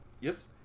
Yes